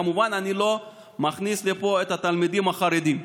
כמובן שאני לא מכניס לפה את התלמידים החרדים.